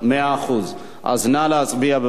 נא להצביע.